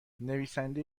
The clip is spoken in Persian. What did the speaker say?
نویسنده